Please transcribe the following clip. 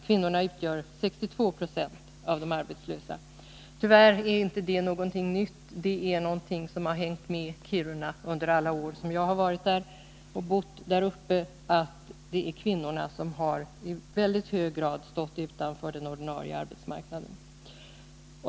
Kvinnorna utgör 62 9o av de arbetslösa. Tyvärr är detta ingenting nytt — under alla år som jag har bott där uppe har kvinnorna i stor utsträckning stått utanför den ordinarie arbetsmarknaden.